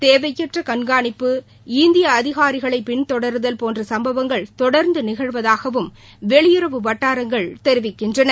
தேவையற்ற கண்கானிப்பு இந்திய அதிகாரிகளை பின்தொடருதல் போன்ற சும்பவங்கள் தொடர்ந்து நிகழ்வதாகவும் வெளியுறவு வட்டாரங்கள் தெரிவிக்கின்றன